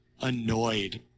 annoyed